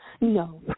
No